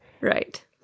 Right